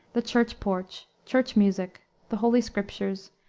the church porch, church music, the holy scriptures,